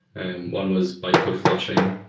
and one was bytecode fl ushing.